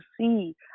see